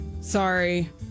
Sorry